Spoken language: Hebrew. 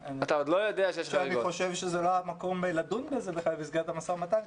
שאני חושב שזה לא המקום לדון בזה במסגרת המשא-ומתן,